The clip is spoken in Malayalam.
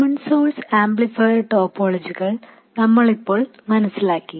കോമൺ സോഴ്സ് ആംപ്ലിഫയർ ടോപ്പോളജികൾ നമ്മൾ ഇപ്പോൾ മനസിലാക്കി